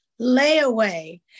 layaway